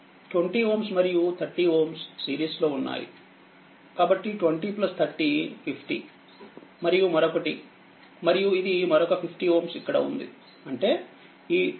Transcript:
20Ωమరియు30Ω సిరీస్లో వున్నాయి కాబట్టి 20 30 50మరియు మరొకటి మరియు ఇది మరొక50Ω ఇక్కడ ఉంది